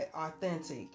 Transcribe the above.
authentic